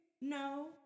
no